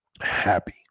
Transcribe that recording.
happy